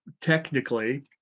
technically